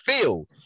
feel